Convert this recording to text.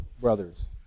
brothers